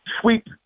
sweep